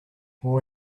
four